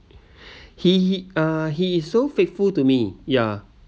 he he uh he is so faithful to me ya